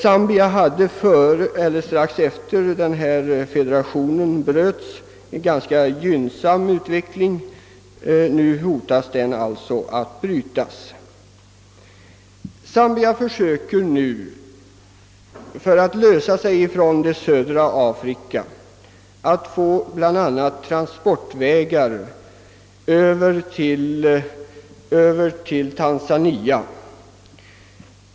Zambia uppvisade strax efter det att federationen upplöstes en ganska gynnsam utveckling, men nu hotas denna att brytas. För att lösgöra sig från Sydafrika försöker Zambia skaffa sig transportvägar till Tanzania.